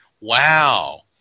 wow